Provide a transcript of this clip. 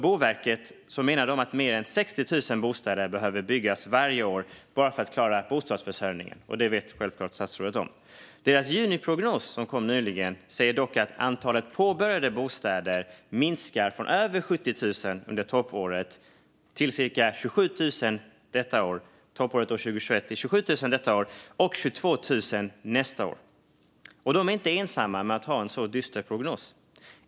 Boverket menar att mer än 60 000 bostäder behöver byggas varje år bara för att klara bostadsförsörjningen. Detta vet självklart statsrådet. I deras juniprognos sägs det dock att antalet påbörjade bostäder minskar från över 70 000 under toppåret 2021 till cirka 27 000 detta år och till 22 000 nästa år. De är inte ensamma om att ha en så dyster prognos.